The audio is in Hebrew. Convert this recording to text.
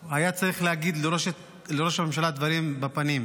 הוא היה צריך להגיד לראש הממשלה דברים בפנים.